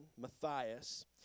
Matthias